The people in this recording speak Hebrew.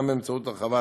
גם באמצעות הרחבת